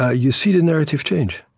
ah you see the narrative change,